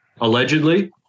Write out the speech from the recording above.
allegedly